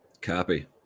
Copy